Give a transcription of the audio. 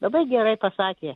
dabar gerai pasakė